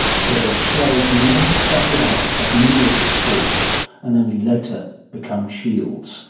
so those shells may have started out as mineral stores and only later become shields